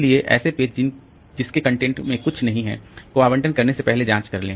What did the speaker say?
इसलिए ऐसे पेज जिसके कंटेंट में कुछ नहीं है का आवंटन करने से पहले जांच कर ले